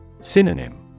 Synonym